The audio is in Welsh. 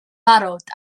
barod